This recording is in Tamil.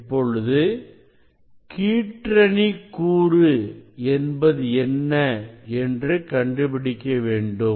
இப்பொழுது கீற்றணி கூறு என்பது என்ன என்று கண்டுபிடிக்க வேண்டும்